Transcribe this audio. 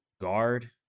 guard